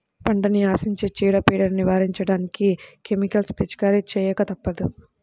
పంటని ఆశించే చీడ, పీడలను నివారించడానికి కెమికల్స్ పిచికారీ చేయక తప్పదు